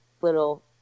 little